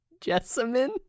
jessamine